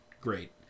great